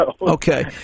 okay